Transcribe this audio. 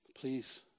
Please